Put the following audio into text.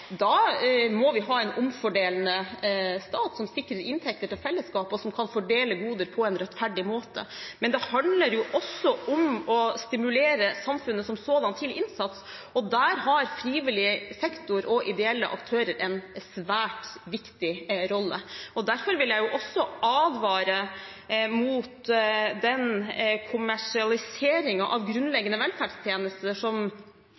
Da må vi ha en omfordelende stat som sikrer inntekter til fellesskapet, og som kan fordele goder på en rettferdig måte. Men det handler også om å stimulere samfunnet som sådan til innsats, og der har frivillig sektor og ideelle aktører en svært viktig rolle. Derfor vil jeg også advare mot den kommersialiseringen av grunnleggende velferdstjenester som